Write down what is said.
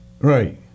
Right